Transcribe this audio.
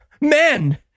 Men